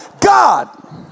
God